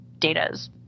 datas